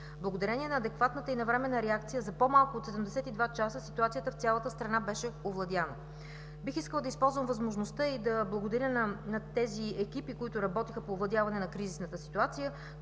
Благодарение на адекватната и навременна реакция за по-малко от 72 часа ситуацията в цялата страна беше овладяна. Бих искала да използвам възможността и да благодаря на тези екипи, които работеха по овладяване на кризисната ситуация.